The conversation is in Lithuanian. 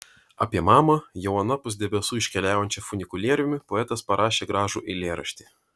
apie mamą jau anapus debesų iškeliaujančią funikulieriumi poetas parašė gražų eilėraštį